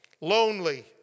lonely